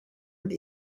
und